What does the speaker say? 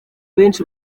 benshi